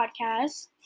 podcast